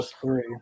three